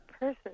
person